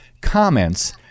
comments